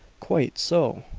quite so!